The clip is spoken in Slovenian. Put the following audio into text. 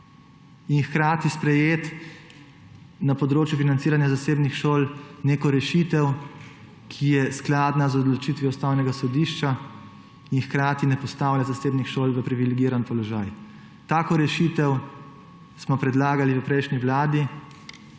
in hkrati sprejeti na področju financiranja zasebnih šol neko rešitev, ki je skladna z odločitvijo Ustavnega sodišča in hkrati ne postavlja zasebnih šol v privilegiran položaj. Tako rešitev smo predlagali v prejšnji vladi